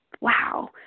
wow